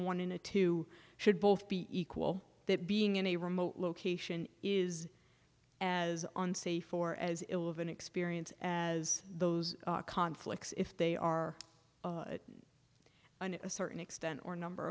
one in a two should both be equal that being in a remote location is as unsafe or as ill of an experience as those conflicts if they are under a certain extent or number